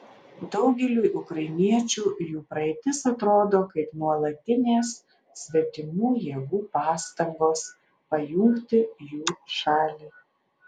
daugeliui ukrainiečių jų praeitis atrodo kaip nuolatinės svetimų jėgų pastangos pajungti jų šalį